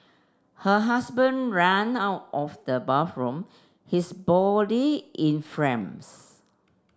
her husband ran out of the bathroom his body in